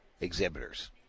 exhibitors